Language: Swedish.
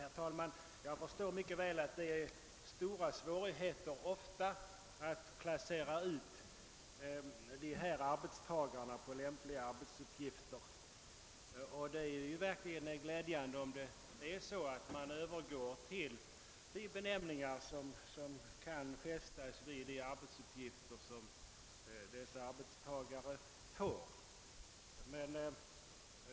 Herr talman! Jag förstår mycket väl att det ofta är svårt att placera ut dessa arbetstagare på lämpliga arbetsuppgifter. Men det är verkligen glädjande om man övergår till de benämningar som kan fästas vid de arbetsuppgifter som de får.